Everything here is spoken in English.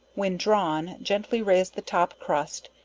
when drawn, gently raise the top crust,